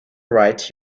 write